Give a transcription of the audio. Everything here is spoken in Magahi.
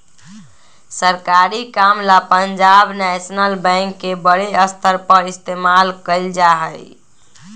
सरकारी काम ला पंजाब नैशनल बैंक के बडे स्तर पर इस्तेमाल कइल जा हई